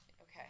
Okay